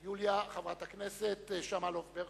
יוליה, חברת הכנסת שמאלוב-ברקוביץ,